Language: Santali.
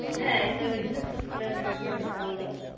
ᱦᱮᱸ ᱤᱧ ᱫᱚ ᱡᱷᱤᱱᱩᱠᱯᱩᱨ ᱤᱥᱠᱩᱞ ᱨᱮᱱ ᱢᱟᱪᱮᱛᱟᱱᱤᱧ ᱨᱚᱲ ᱮᱫᱟ